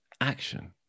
action